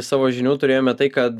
bet savo žinių turėjome tai kad